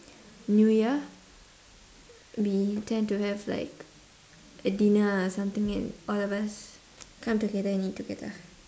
new year we tend to have like a dinner or something and all of us come together and eat together